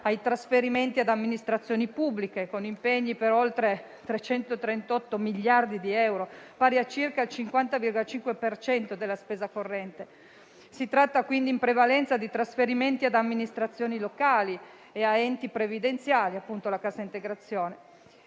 ai trasferimenti ad amministrazioni pubbliche, con impegni per oltre 338 miliardi di euro, pari a circa il 50,5 per cento della spesa corrente. Si tratta, quindi, in prevalenza di trasferimenti ad amministrazioni locali e a enti previdenziali (la cassa integrazione).